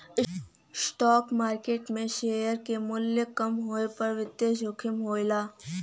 stock market में share क मूल्य कम होये पर वित्तीय जोखिम होला